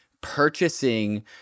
purchasing